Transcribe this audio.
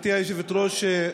גברתי היושבת-ראש,